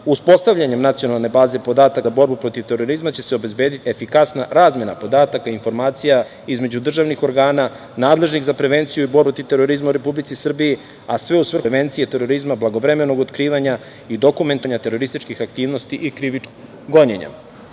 Uspostavljanjem nacionalne baze podataka za borbu protiv terorizma će se obezbediti efikasna razmena podataka i informacija između državnih organa nadležnih za prevenciju i borbu protiv terorizma u Republici Srbiji, a sve u svrhu prevencije terorizma, blagovremenog otkrivanja i dokumentovanja terorističkih aktivnosti i krivičnog